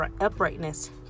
uprightness